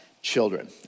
children